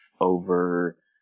over